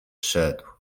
szedł